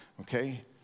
okay